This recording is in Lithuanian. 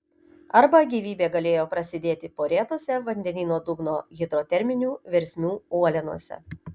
arba gyvybė galėjo prasidėti porėtose vandenyno dugno hidroterminių versmių uolienose